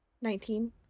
Nineteen